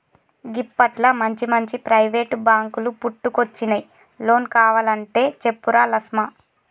గిప్పట్ల మంచిమంచి ప్రైవేటు బాంకులు పుట్టుకొచ్చినయ్, లోన్ కావలంటే చెప్పురా లస్మా